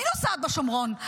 אני נוסעת בשומרון,